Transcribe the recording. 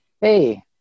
hey